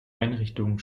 einrichtungen